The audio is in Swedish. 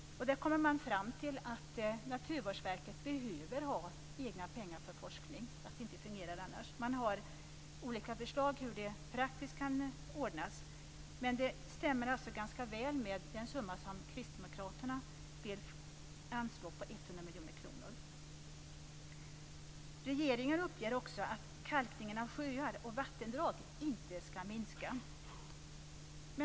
Där kommer man fram till att Naturvårdsverket behöver ha egna pengar för forskning, annars fungerar det inte. Man har olika förslag hur det praktiskt kan ordnas. Men det stämmer ganska väl med den summa som Kristdemokraterna vill anslå, 100 miljoner kronor. Regeringen uppger också att kalkningen av sjöar och vattendrag inte skall minska.